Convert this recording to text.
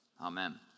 Amen